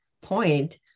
point